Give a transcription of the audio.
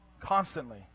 constantly